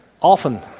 often